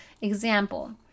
Example